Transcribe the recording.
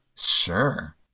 Sure